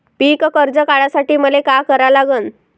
पिक कर्ज काढासाठी मले का करा लागन?